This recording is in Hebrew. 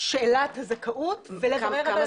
שאלת הזכאות ו --- כמה זמן?